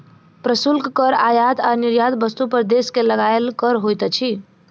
प्रशुल्क कर आयात आ निर्यात वस्तु पर देश के लगायल कर होइत अछि